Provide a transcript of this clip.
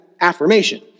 affirmation